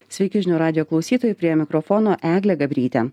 sveiki žinių radijo klausytojai prie mikrofono eglė gabrytė